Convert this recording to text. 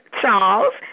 Charles